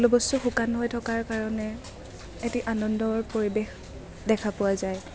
সকলো বস্তু শুকান হৈ থকাৰ কাৰণে এটি আনন্দৰ পৰিৱেশ দেখা পোৱা যায়